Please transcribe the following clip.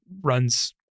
runs